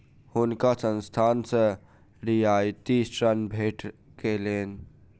हुनका संस्थान सॅ रियायती ऋण भेट गेलैन